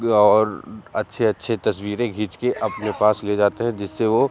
और अच्छे अच्छे तस्वीरें खींच कर अपने पास ले जाते हैं जिससे वह